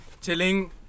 chilling